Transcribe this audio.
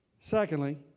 Secondly